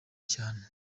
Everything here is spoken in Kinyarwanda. cyane